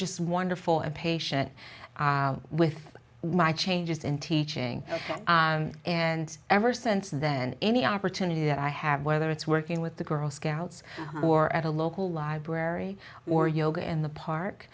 just wonderful and patient with my changes in teaching and ever since then any opportunity that i have whether it's working with the girl scouts or at a local library or yoga in the park